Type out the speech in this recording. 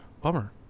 Bummer